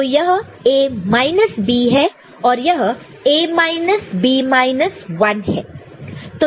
तो यह A minus B है और यह A माइनस B माइनस 1 है